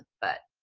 but.